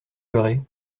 ferez